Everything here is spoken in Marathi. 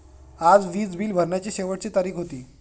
आज वीज बिल भरण्याची शेवटची तारीख होती